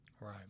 Right